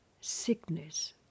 sickness